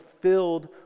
filled